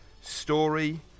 story